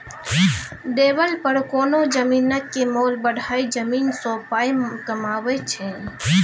developer कोनो जमीनक मोल बढ़ाए जमीन सँ पाइ कमाबै छै